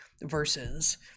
versus